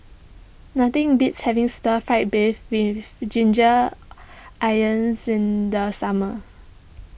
nothing beats having Stir Fried Beef with Ginger in the summer